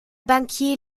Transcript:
bankier